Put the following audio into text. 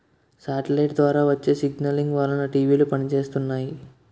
satellite ద్వారా వచ్చే signalling వలన టీవీలు పనిచేస్తున్నాయి